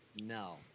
No